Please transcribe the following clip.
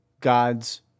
God's